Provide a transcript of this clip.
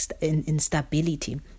instability